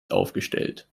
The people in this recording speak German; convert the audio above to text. aufgestellt